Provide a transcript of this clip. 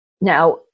Now